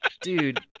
Dude